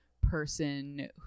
person